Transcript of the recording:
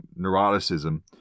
neuroticism